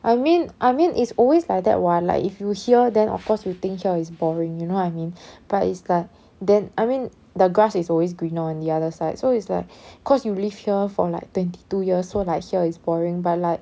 I mean I mean it's always like that [what] like if you here then of course we think here is boring you know what I mean but it's like then I mean the grass is always greener on the other side so it's like cause you live here for like twenty two years so like here is boring but like